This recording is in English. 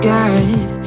God